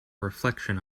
reflection